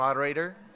moderator